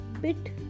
bit